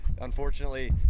unfortunately